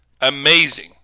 Amazing